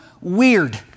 weird